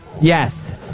Yes